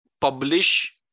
publish